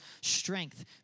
strength